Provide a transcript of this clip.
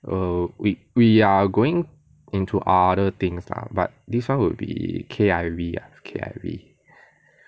err we we are going into other things lah but this [one] will be K_I_V ah K_I_V